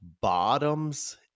bottoms